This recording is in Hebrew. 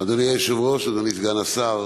אדוני היושב-ראש, אדוני סגן השר,